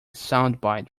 soundbite